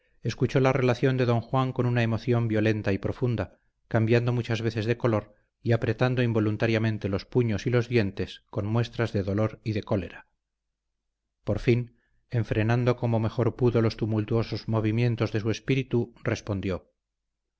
escuchó la relación de don juan con una emoción violenta y profunda cambiando muchas veces de color y apretando involuntariamente los puños y los dientes con muestras de dolor y de cólera por fin enfrenando como mejor pudo los tumultuosos movimientos de su espíritu respondió